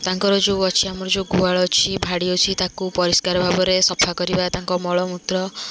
ତାଙ୍କର ଯେଉଁ ଅଛି ଆମର ଯେଉଁ ଗୁହାଳ ଅଛି ଭାଡ଼ି ଅଛି ତାକୁ ପରିଷ୍କାର ଭାବରେ ସଫା କରିବା ତାଙ୍କ ମଳମୂତ୍ର